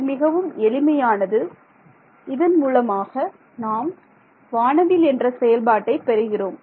இது மிகவும் எளிமையானது இதன் மூலமாக நாம் வானவில் என்ற செயல்பாட்டை பெறுகிறோம்